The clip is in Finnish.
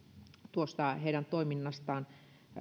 heidän toiminnastaan